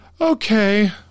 Okay